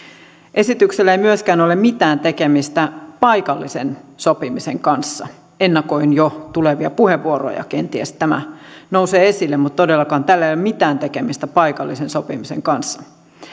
esityksellä ei myöskään ole mitään tekemistä paikallisen sopimisen kanssa ennakoin jo tulevia puheenvuoroja kenties tämä nousee esille mutta todellakaan tällä ei ole mitään tekemistä paikallisen sopimisen kanssa